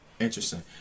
Interesting